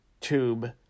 tube